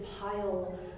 pile